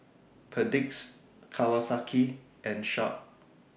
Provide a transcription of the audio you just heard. Perdix Kawasaki and Sharp